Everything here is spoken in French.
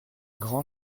grand